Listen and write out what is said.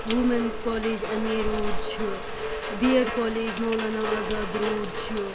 women's college M A road چھُ B Ed college Maulana Azad road چھُ